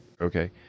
okay